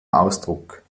ausdruck